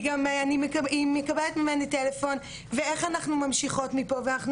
היא מקבלת גם ממני טלפון ואיך אנחנו ממשיכות מפה ואנחנו